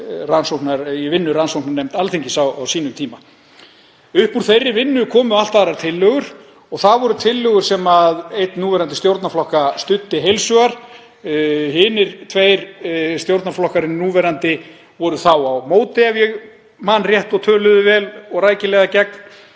kom í vinnu rannsóknarnefndar Alþingis á sínum tíma. Upp úr þeirri vinnu komu allt aðrar tillögur og það voru tillögur sem einn núverandi stjórnarflokka studdi heils hugar. Hinir tveir núverandi stjórnarflokkarnir voru þá á móti, ef ég man rétt, töluðu vel og rækilega gegn